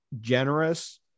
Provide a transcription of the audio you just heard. generous